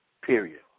Period